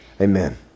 Amen